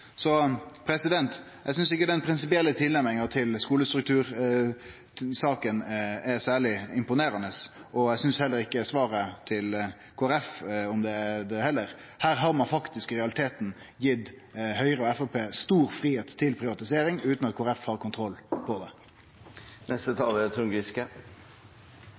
Eg synest ikkje den prinsipielle tilnærminga til skulestruktur i denne saka er særleg imponerande. Eg synest heller ikkje svaret til Kristeleg Folkeparti er det. Her har ein faktisk i realiteten gjeve Høgre og Framstegspartiet stor fridom til privatisering utan at Kristeleg Folkeparti har kontroll på det. Det er